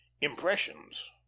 impressions